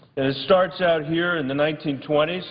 it starts out here in the nineteen twenty s,